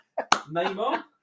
Neymar